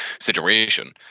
situation